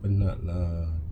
penat lah